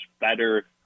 better